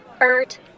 Ert